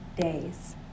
days